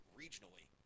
regionally